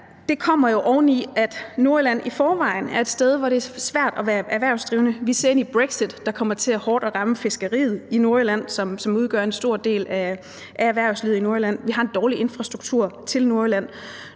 her kommer jo oven i, at Nordjylland i forvejen er et sted, hvor det er svært at være erhvervsdrivende. Vi ser ind i brexit, der kommer til at ramme fiskeriet i Nordjylland hårdt, som udgør en stor del af erhvervslivet i Nordjylland. Vi har en dårlig infrastruktur til Nordjylland.